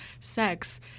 sex